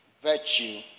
virtue